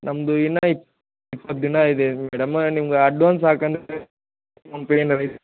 ನಮ್ಮದು ಇನ್ನ ಇಪ್ ಇಪ್ಪತ್ತು ದಿನಯಿದೆ ಮೇಡಮ್ ನಿಮ್ಗ ಅಡ್ವಾನ್ಸ್ ಹಾಕಣ ಪೋನ್ಪೇ ಏನಾರ